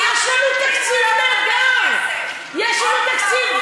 אוי ואבוי לשר הרווחה אם הוא לא מבקש כסף.